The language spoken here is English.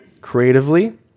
creatively